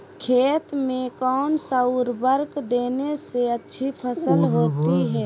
खेत में कौन सा उर्वरक देने से अच्छी फसल होती है?